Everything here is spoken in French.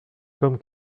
comme